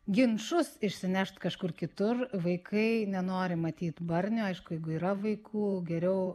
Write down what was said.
ginčus išsinešt kažkur kitur vaikai nenori matyt barnio aišku jeigu yra vaikų geriau